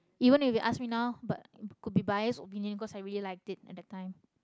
even if you ask me now but could be biased opinion because I really liked it at that time